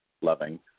loving